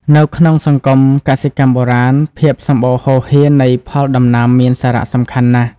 នៅក្នុងសង្គមកសិកម្មបុរាណ ភាពសម្បូរហូរហៀរនៃផលដំណាំមានសារៈសំខាន់ណាស់។